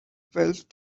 twelve